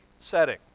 setting